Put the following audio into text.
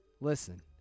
listen